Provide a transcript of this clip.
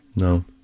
no